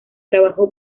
trabajó